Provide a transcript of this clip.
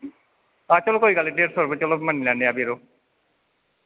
हां चलो कोई गल्ल नि डेढ़ सौ रपे चलो मन्नी लैन्ने आं फ्ही यरो